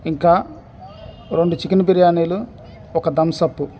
ఇంకా రెండు చికెన్ బిర్యానీలు ఒక థమ్స్ప్